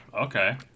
Okay